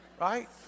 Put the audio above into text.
right